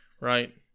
Right